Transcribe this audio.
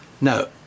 No